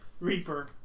Reaper